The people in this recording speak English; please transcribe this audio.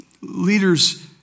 leaders